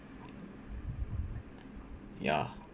ya